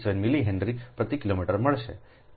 0987 millihenry પ્રતિ kilometre મળશે